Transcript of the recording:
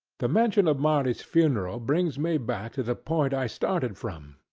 the mention of marley's funeral brings me back to the point i started from.